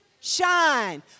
shine